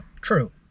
True